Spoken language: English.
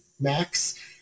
max